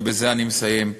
ובזה אני מסיים,